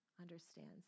understands